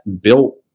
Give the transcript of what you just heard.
built